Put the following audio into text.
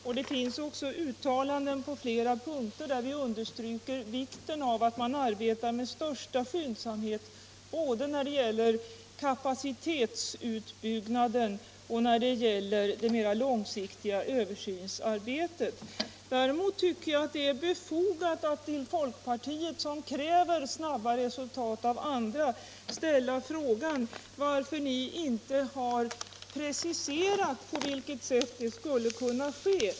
Vi har också på flera punkter gjort ställningstaganden där vi understryker vikten av att man arbetar med största skyndsamhet både när det gäller kapacitetsutbyggnaden och när det gäller det mera långsiktiga översynsarbetet. Däremot tycker jag det är befogat att fråga folkpartiet, som av andra kräver snabba resultat, varför ni inte har preciserat på vilket sätt det skulle kunna ske.